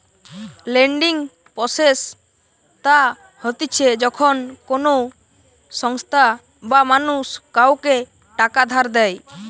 lending process তা হতিছে যখন কোনো সংস্থা বা মানুষ কাওকে টাকা ধার দেয়